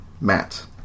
Matt